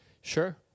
Sure